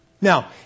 Now